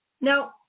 Now